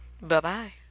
Bye-bye